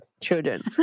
children